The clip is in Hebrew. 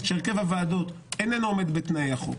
שהרכב הוועדות אינו עומד בתנאי החוק.